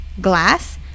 glass